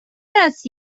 است